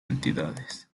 entidades